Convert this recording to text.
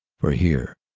for here,